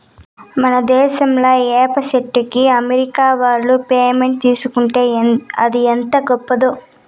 మన దేశంలా ఏప చెట్టుకి అమెరికా ఓళ్ళు పేటెంట్ తీసుకుంటే అది ఎంత గొప్పదో